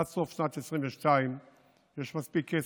עד סוף שנת 2022 יש מספיק כסף,